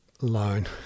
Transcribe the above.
loan